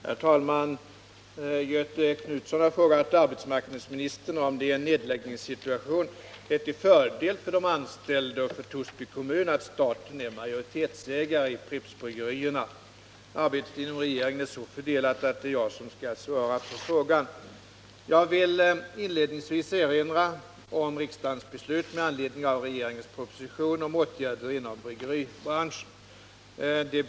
Herr talman! Göthe Knutson har frågat arbetsmarknadsministern om det i en nedläggningssituation är till fördel för de anställda och för Torsby kommun att staten är majoritetsägare i Prippsbryggerierna. Arbetet inom regeringen är så fördelat att det är jag som skall svara på frågan. Jag vill inledningsvis erinra om riksdagens beslut med anledning av regeringens proposition om åtgärder inom bryggeribranschen.